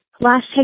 Last